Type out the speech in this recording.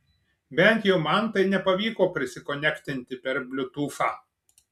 bent jau man tai nepavyko prisikonektinti per bliutūfą